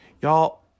Y'all